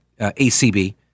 ACB